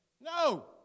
No